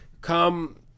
come